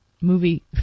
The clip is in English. movie